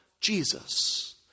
Jesus